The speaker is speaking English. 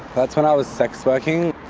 that's when i was sex working.